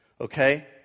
okay